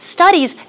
studies